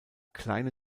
kleine